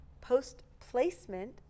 Post-placement